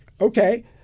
okay